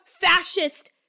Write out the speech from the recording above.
fascist